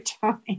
time